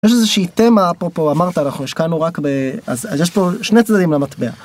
יש איזושהי תמה, אפרופו אמרת, אנחנו השקענו רק ב אז... אז יש פה שני צדדים למטבע.